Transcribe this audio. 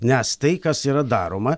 nes tai kas yra daroma